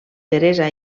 teresa